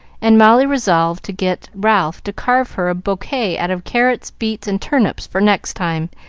and molly resolved to get ralph to carve her a bouquet out of carrots, beets, and turnips for next time,